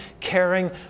caring